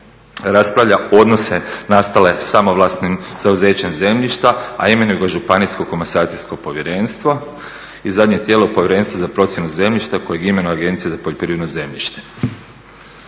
raspravlja odnose nastale samovlasnim zauzećem zemljišta a imenuje ga Županijsko komasacijsko povjerenstvo. I zadnje tijelo Povjerenstvo za procjenu zemljišta kojeg imenuje Agencija za poljoprivredno zemljište.